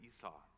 Esau